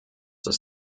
das